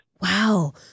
Wow